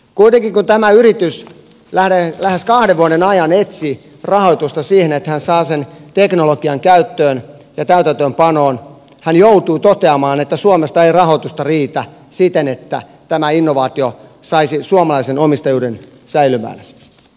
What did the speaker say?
kuitenkin kun tämä yritys lähes kahden vuoden ajan etsi rahoitusta siihen että se teknologia saadaan käyttöön ja täytäntöönpanoon joutuivat he toteamaan että suomesta ei rahoitusta riitä siten että tämä innovaatio saisi suomalaisen omistajuuden säilymään